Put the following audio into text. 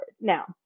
now